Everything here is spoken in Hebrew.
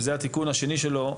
וזה התיקון השני שלו,